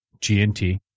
GNT